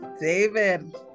David